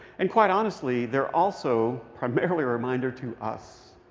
and quite honestly, they're also primarily a reminder to us,